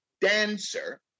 dancer